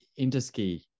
Interski